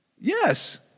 Yes